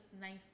nice